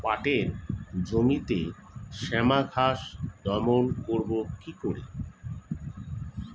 পাটের জমিতে শ্যামা ঘাস দমন করবো কি করে?